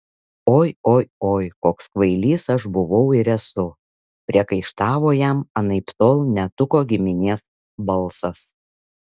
oi oi oi koks kvailys aš buvau ir esu priekaištavo jam anaiptol ne tuko giminės balsas